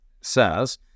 says